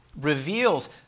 reveals